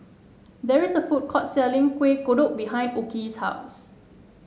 there is a food court selling Kueh Kodok behind Okey's house